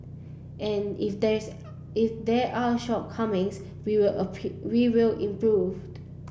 and if there is if there are shortcomings we will we will improved